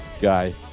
guy